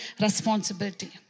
responsibility